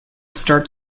start